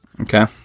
Okay